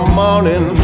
morning